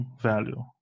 value